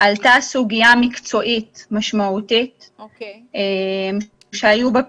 עלתה סוגיה מקצועית משמעותית שהיו בה פערים.